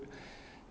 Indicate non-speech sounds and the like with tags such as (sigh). (breath)